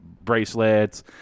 bracelets